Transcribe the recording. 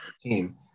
team